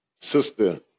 Sister